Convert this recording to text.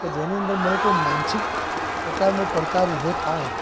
કે જેની અંદર મને કોઈ માનસિક પ્રકારનો પડકાર ઊભો થાય